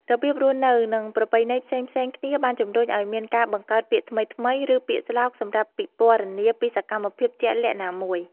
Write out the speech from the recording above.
របៀបរស់នៅ និងប្រពៃណីផ្សេងៗគ្នាបានជំរុញឲ្យមានការបង្កើតពាក្យថ្មីៗ ឬពាក្យស្លោកសម្រាប់ពិពណ៌នាពីសកម្មភាពជាក់លាក់ណាមួយ។